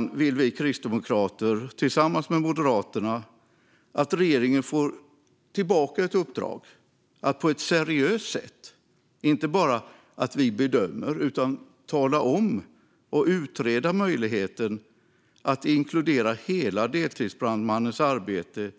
Därför vill vi kristdemokrater tillsammans med Moderaterna att regeringen får i uppdrag att på ett seriöst sätt utreda möjligheten att inkludera hela deltidsbrandmannens arbete